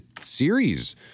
series